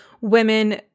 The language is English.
women